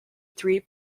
three